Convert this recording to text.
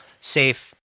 safe